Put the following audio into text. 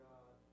God